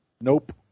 Nope